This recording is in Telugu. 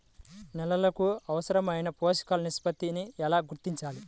నేలలకు అవసరాలైన పోషక నిష్పత్తిని ఎలా గుర్తించాలి?